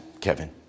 Kevin